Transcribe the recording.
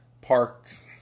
parked